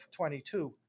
22